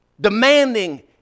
demanding